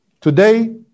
Today